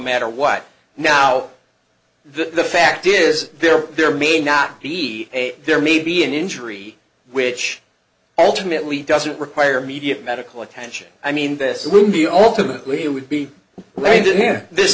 matter what now the fact is there there may not be a there may be an injury which ultimately doesn't require immediate medical attention i mean this would be alternately you would be willing to hear this